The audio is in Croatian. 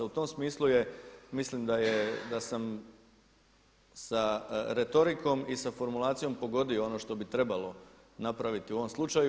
U tom smislu je, mislim da sam sa retorikom i sa formulacijom pogodio ono što bi trebalo napraviti u ovom slučaju.